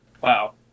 Wow